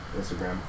Instagram